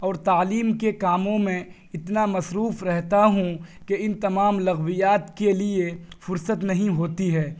اور تعلیم کے کاموں میں اتنا مصروف رہتا ہوں کہ ان تمام لغویات کے لیے فرصت نہیں ہوتی ہے